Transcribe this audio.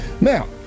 Now